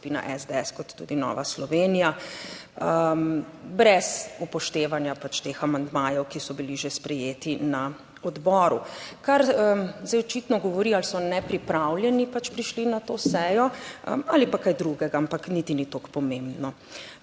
skupina SDS, kot tudi Nova Slovenija, brez upoštevanja teh amandmajev, ki so bili že sprejeti na odboru. Kar zdaj očitno govori, ali so nepripravljeni pač prišli na to sejo. Ali pa kaj drugega, ampak niti ni tako pomembno.